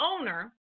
owner